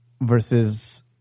versus